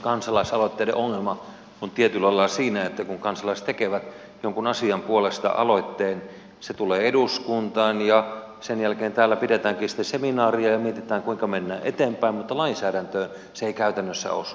kansalaisaloitteiden ongelma on tietyllä lailla siinä että kun kansalaiset tekevät jonkun asian puolesta aloitteen se tulee eduskuntaan ja sen jälkeen täällä pidetäänkin sitten seminaaria ja mietitään kuinka mennään eteenpäin mutta lainsäädäntöön se ei käytännössä osu